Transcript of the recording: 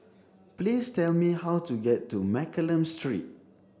please tell me how to get to Mccallum Street